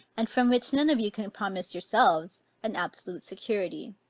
and from which none of you can promise yourselves an absolute security.